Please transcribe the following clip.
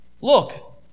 Look